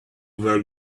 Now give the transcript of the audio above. were